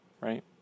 right